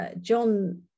John